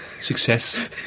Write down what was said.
Success